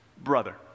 Brother